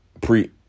pre